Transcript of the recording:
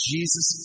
Jesus